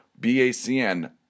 BACN